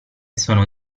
sono